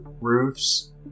roofs